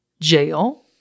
jail